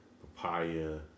papaya